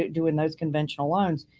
doing those conventional loans.